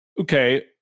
Okay